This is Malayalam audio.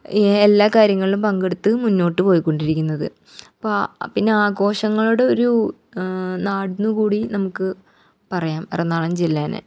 ഈ എല്ലാ കാര്യങ്ങളിലും പങ്കെടുത്ത് മുന്നോട്ട് പോയിക്കൊണ്ടിരിക്കുന്നത് അപ്പം പിന്നാഘോഷങ്ങളുടെ ഒരു നാടെന്ന് കൂടി നമുക്ക് പറയാം എറണാകുളം ജില്ലേനെ